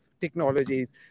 technologies